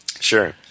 Sure